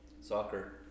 Soccer